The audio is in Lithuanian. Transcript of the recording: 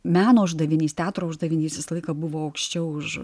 meno uždavinys teatro uždavinys visą laiką buvo aukščiau už